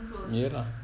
ya lah